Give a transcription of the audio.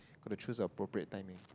gotta choose appropriate timing